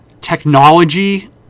technology